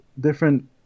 different